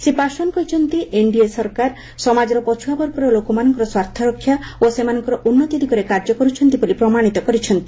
ଶ୍ରୀ ପାଶ୍ୱାନ୍ କହିଛନ୍ତି ଏନ୍ଡିଏ ସରକାର ସମାଜର ପଛୁଆବର୍ଗର ଲୋକମାନଙ୍କ ସ୍ୱାର୍ଥ ରକ୍ଷା ଓ ସେମାନଙ୍କର ଉନ୍ନତି ଦିଗରେ କାର୍ଯ୍ୟ କରୁଛନ୍ତି ବୋଲି ପ୍ରମାଣିତ କରିଛନ୍ତି